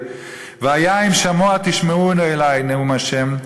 "והיה אם שמֹע תשמעון אלי נְאֻם ה'",